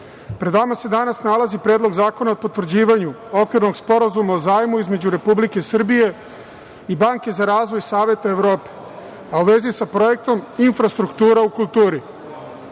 pred nama se danas nalazi Predlog zakona o potvrđivanju Okvirnog sporazuma o zajmu između Republike Srbije i Banke za razvoj Saveta Evrope, a u vezi sa Projektom „Infrastruktura u kulturi“.Na